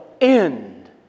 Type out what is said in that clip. end